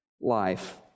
life